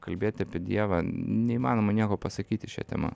kalbėti apie dievą neįmanoma nieko pasakyti šia tema